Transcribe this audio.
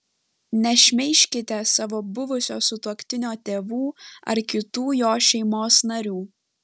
nešmeižkite savo buvusio sutuoktinio tėvų ar kitų jo šeimos narių